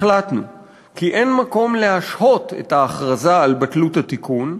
החלטנו כי אין מקום להשהות את ההכרזה על בטלות התיקון,